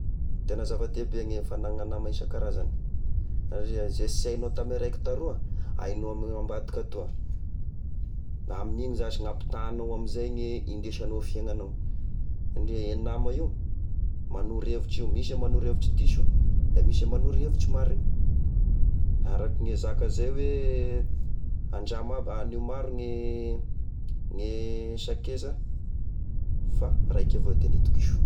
Tegna zava-dehibe ny fagnana nama isan-karazany satria zay sy haignao tamy raiky taroa, haignao amy ambadika ato ah, amign'iny zashy ny ampitahagnao amy izay ny indesagnao fiaignanao, indreo io nama io, manoro hevitry io, misy a manoro hevitry diso, da misy a manoro hevitry marigny, araky ny zaka zay hoe: andramo aby, agnio maro ny-ny sakaiza fa raika avao tegna itokiso.